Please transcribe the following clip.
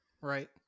Right